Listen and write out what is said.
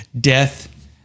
death